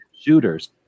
shooters